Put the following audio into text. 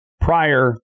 prior